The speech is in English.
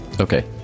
Okay